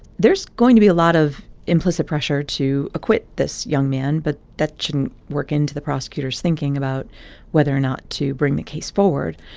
there's going to be a lot of implicit pressure to acquit this young man. but that shouldn't work into the prosecutor's thinking about whether or not to bring the case forward.